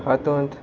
हातूंत